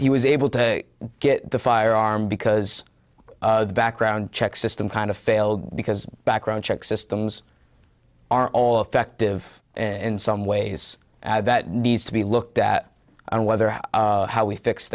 he was able to get the firearm because the background check system kind of failed because background checks systems are all effective in some ways that needs to be looked at and whether how we fix